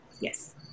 yes